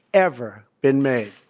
ever been made.